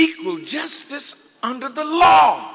equal justice under the law